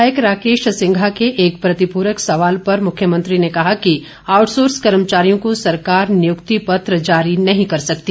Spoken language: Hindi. विधायक राकेश सिंघा के एक प्रतिप्रक सवाल पर मुख्यमंत्री ने कहा कि आउटसोर्स कर्मचारियों को सरकार नियुक्ति पत्र जारी नहीं कर सकती